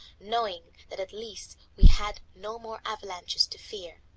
knowing that at least we had no more avalanches to fear.